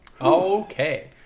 Okay